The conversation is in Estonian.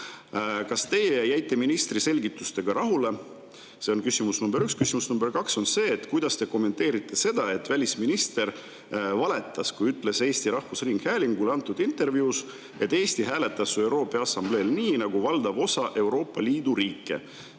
Kas teie jäite ministri selgitustega rahule? See on küsimus number üks. Küsimus number kaks on see: kuidas te kommenteerite seda, et välisminister valetas, kui ütles Eesti Rahvusringhäälingule antud intervjuus, et Eesti hääletas ÜRO Peaassambleel nii nagu valdav osa Euroopa Liidu riike?